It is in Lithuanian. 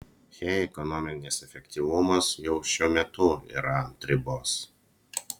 he ekonominis efektyvumas jau šiuo metu yra ant ribos